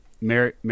mary